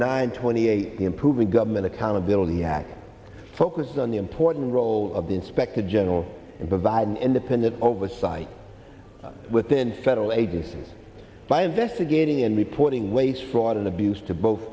nine twenty eight the improving government accountability act focused on the important role of the inspector general and the viable independent oversight within federal agencies by investigating and reporting waste fraud and abuse to both